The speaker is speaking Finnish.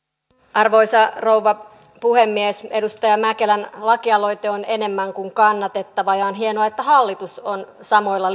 arvoisa rouva puhemies edustaja mäkelän lakialoite on enemmän kuin kannatettava ja on hienoa että hallitus on samoilla